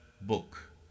book